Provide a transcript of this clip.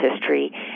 history